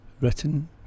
Written